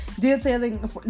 detailing